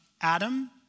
Adam